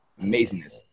Amazingness